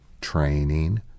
training